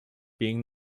being